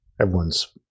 everyone's